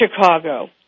Chicago